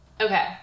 Okay